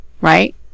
right